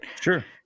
Sure